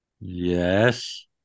Yes